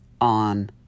on